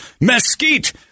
mesquite